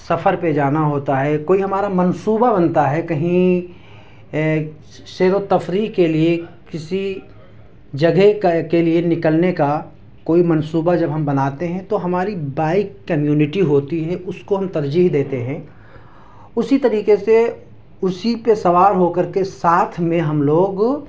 سفر پہ جانا ہوتا ہے کوئی ہمارا منصوبہ بنتا ہے کہیں سیر و تفریح کے لیے کسی جگہ کے لیے نکلنے کا کوئی منصوبہ جب ہم بناتے ہیں تو ہماری بائک کمیونٹی ہوتی ہے اس کو ہم ترجیح دیتے ہیں اسی طریقے سے اسی پہ سوار ہو کر کے ساتھ میں ہم لوگ